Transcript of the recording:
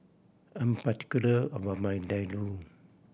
I'm particular about my Ladoo